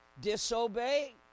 disobey